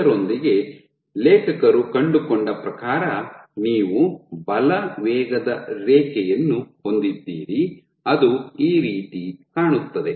ಇದರೊಂದಿಗೆ ಲೇಖಕರು ಕಂಡುಕೊಂಡ ಪ್ರಕಾರ ನೀವು ಬಲ ವೇಗದ ರೇಖೆಯನ್ನು ಹೊಂದಿದ್ದೀರಿ ಅದು ಈ ರೀತಿ ಕಾಣುತ್ತದೆ